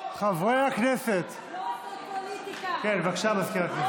לא עושות פוליטיקה --- בבקשה, מזכיר הכנסת.